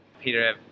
Peter